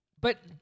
But-